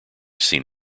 seen